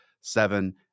seven